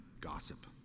gossip